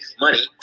money